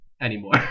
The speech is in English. anymore